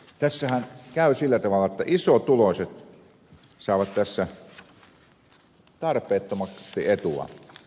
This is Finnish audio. tässähän käy sillä tavalla jotta isotuloiset saavat tässä tarpeettomasti etua